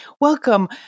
welcome